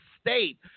State